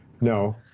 no